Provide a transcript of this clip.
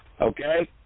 Okay